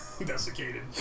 desiccated